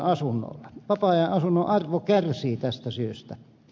vapaa ajan asunnon arvo kärsii tästä syystä